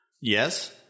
yes